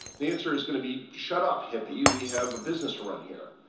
the answer is going to be shut up, hippy, we have a business to run here.